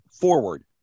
forward